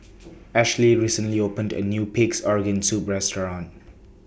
Ashlie recently opened A New Pig'S Organ Soup Restaurant